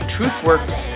Truthworks